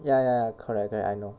ya ya ya correct correct I know